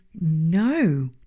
no